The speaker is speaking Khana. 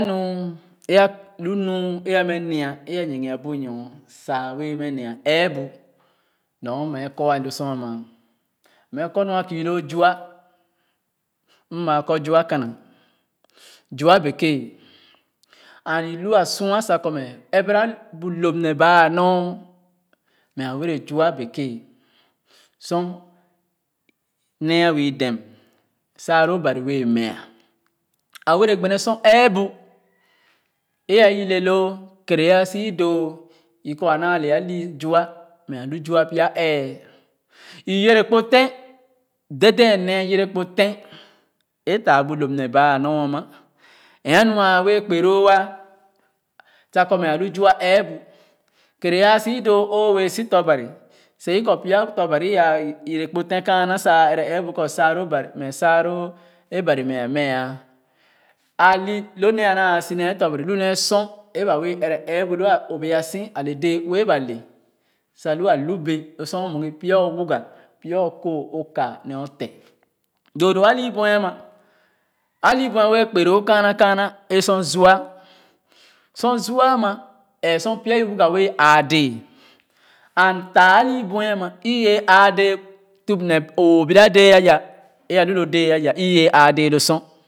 Lu nu e ku lu nu e a mɛ nya ee a nyigia bunyɔ sa a wɛe mɛ nee ɛɛbu nɔr mɛɛ kɔ a lo sor a ma mɛ kɔ nu a kii lo zua m maa kɔ zua kana zua bekè and i lu a sua sa kɔ mɛ ɛrɛ bu lōp ne baa-nɔr mɛ a wɛrɛ zua bekè sor nee a wɛɛ u dem saaro Ban wɛɛ meah a wɛɛ gbene sor ɛɛbu e a u le loo kɛɛre a su doo u kɔ a naa le a loo zua mɛ a lu zua pya ɛɛh u yɛrɛ kpo tèn dèdèn nee yɛrɛ kpo tèn a taa bu lōp nee baa a nor a ma ee a lua a wɛɛ kpe-loo ah sa kɔ mɛ a lu zua ɛɛbu kɛɛre a si doo o wɛɛ su tɔ̃ Bani sa i kɔ pya tɔ̃ Ban iya yɛrɛ kpo tèn kaana sa a ɛrɛ ɛɛbu mɛ saaro Bani mɛ saaro e Ban mɛ a mɛɛ a wo lo nee a naa su nee tɔ̃ Ban lu nee sor e bee wee ɛrɛ ɛɛbu lu a o bua su ale dee ue ba le sa lu a lu bɛ lo sor o mue guh pya o wuga pya o kooh o ka ne o te doo doo awi buɛ a ma ahu buɛ wɛɛ kpe loo kaana kaana e sor zua sor zua a ma ɛɛ sor pya u wuga wɛɛ aā dee and taah awi buɛ a ma u ye aa dee tup-ne-oo biradɛɛ ayah e alu o biradɛɛ ayah u wɛɛ āā dɛɛ lo sor.